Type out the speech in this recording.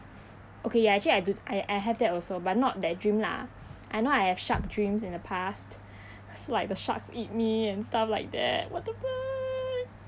okay ya actually I do I I have that also but not that dream lah I know I have shark dreams in the past like the sharks eat me and stuff like that what the fuck